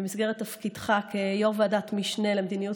במסגרת תפקידך כיו"ר ועדת משנה למדיניות